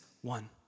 one